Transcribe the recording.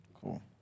Cool